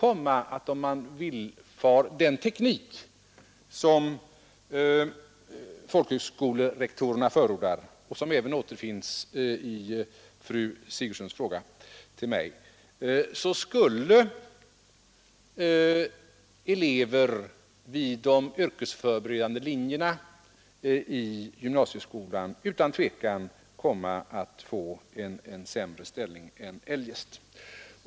Om man villfar den teknik som folkhögskolerektorerna förordar och som även återfinns i fru Sigurdsens fråga till mig, så skulle, för att nämna en grupp, herr Henrikson, elever vid de yrkesförberedande linjerna i gymnasieskolan utan tvivel komma att få en sämre ställning än eljest.